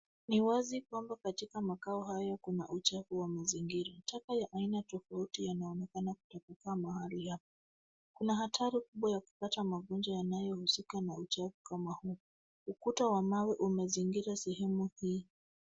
Ni wazi kwamba katika makao hayo kuna uchafu wa mazingira. Taka ya aina tofauti yanaonekana kutapakaa mahali hapa. Kuna hatari kubwa ya kupata magonjwa yanayohusika na uchafu kama huu. Ukuta wa mawe umezingira sehemu hii.